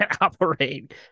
operate